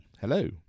Hello